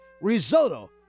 risotto